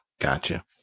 gotcha